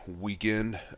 weekend